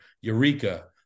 Eureka